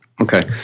Okay